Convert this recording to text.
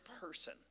person